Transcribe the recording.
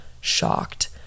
shocked